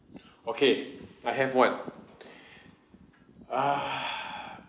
okay I have one uh